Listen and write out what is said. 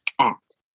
act